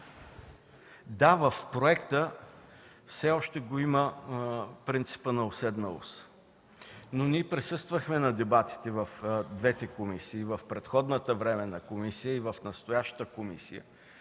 че в проекта все още има принципа на уседналост. Ние присъствахме на дебатите в двете комисии – в предходната временна комисия и в настоящата комисия.